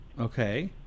Okay